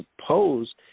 suppose